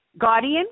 guardian